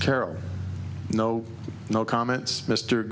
terrill no no comments mr